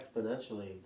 exponentially